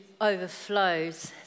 overflows